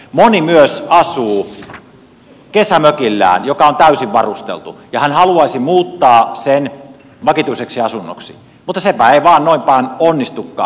moni myös asuu kesämökillään joka on täysin varusteltu ja asukas haluaisi muuttaa sen vakituiseksi asunnoksi mutta sepä ei noin vain onnistukaan